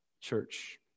Church